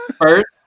first